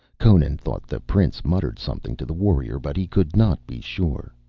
conan thought the prince muttered something to the warrior, but he could not be sure.